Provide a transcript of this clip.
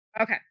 Okay